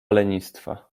lenistwa